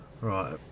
Right